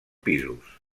pisos